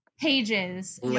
pages